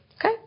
Okay